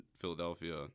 Philadelphia